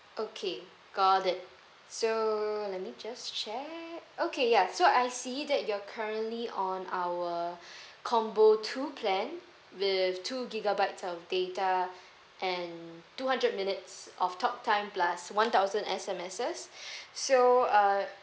okay got it so let me just check okay ya so I see that you're currently on our combo two plan with two gigabytes of data and two hundred minutes of talk time plus one thousand S_M_S so uh